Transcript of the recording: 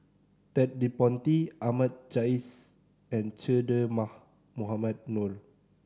Ted De Ponti Ahmad Jais and Che Dah Mohamed Noor